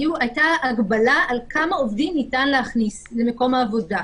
הייתה הגבלה על כמה עובדים ניתן להכניס למקום העבודה.